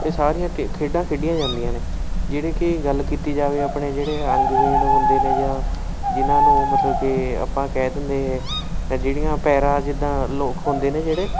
ਇਹ ਸਾਰੀਆਂ ਟ ਖੇਡਾਂ ਖੇਡੀਆਂ ਜਾਂਦੀਆਂ ਨੇ ਜਿਹੜੇ ਕਿ ਗੱਲ ਕੀਤੀ ਜਾਵੇ ਆਪਣੇ ਜਿਹੜੇ ਅੰਗਹੀਣ ਹੁੰਦੇ ਨੇ ਜਾਂ ਜਿਨ੍ਹਾਂ ਨੂੰ ਮਤਲਬ ਕਿ ਆਪਾਂ ਕਹਿ ਦਿੰਦੇ ਇਹ ਜਿਹੜੀਆਂ ਪੈਰਾਂ ਜਿੱਦਾਂ ਲੋਕ ਹੁੰਦੇ ਨੇ ਜਿਹੜੇ